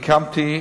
הקמתי